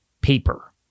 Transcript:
paper